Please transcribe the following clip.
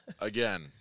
Again